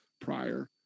prior